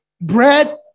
Bread